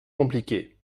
compliquée